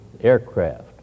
aircraft